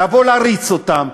להריץ אותם,